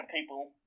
people